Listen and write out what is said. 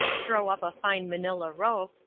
throw up a fine manila rope,